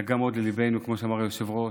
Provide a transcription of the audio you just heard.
נגע מאוד לליבנו, כמו שאמר היושב-ראש,